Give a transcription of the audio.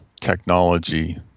technology